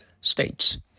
States